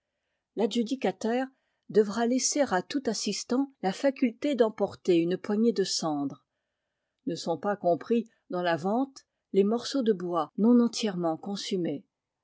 l'adjudicataire devra laisser à tout assistant la faculté d'emporter une poignée de cendre ne sont pas compris dans la vente les morceaux de bois non entièrement consumés